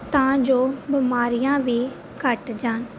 ਤਾਂ ਜੋ ਬਿਮਾਰੀਆਂ ਵੀ ਘੱਟ ਜਾਣ